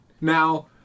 Now